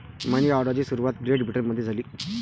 मनी ऑर्डरची सुरुवात ग्रेट ब्रिटनमध्ये झाली